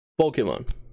Pokemon